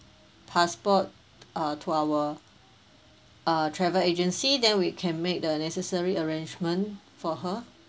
passport uh to our uh travel agency then we can make the necessary arrangements for her